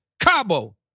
Cabo